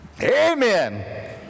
amen